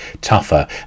tougher